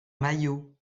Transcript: maillot